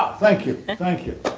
ah thank you! thank you!